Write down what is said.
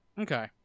Okay